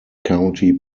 county